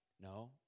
No